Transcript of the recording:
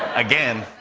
again.